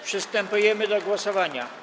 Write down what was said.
Przystępujemy do głosowania.